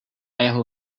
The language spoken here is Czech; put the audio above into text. jeho